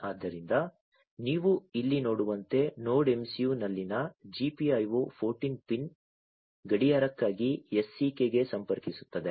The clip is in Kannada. ಆದ್ದರಿಂದ ನೀವು ಇಲ್ಲಿ ನೋಡುವಂತೆ NodeMCU ನಲ್ಲಿನ GPIO 14 ಪಿನ್ ಗಡಿಯಾರಕ್ಕಾಗಿ SCK ಗೆ ಸಂಪರ್ಕಿಸುತ್ತದೆ